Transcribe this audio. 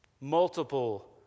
Multiple